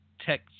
tech